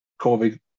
COVID